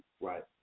right